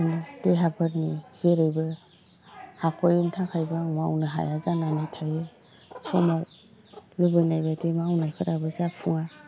बिदिनो देहाफोरनि जेरैबो हाख'यिनि थाखायबो आं मावनो हाया जानानै थायो समाव लुबैनायबादि मावनायफोराबो जाफुङा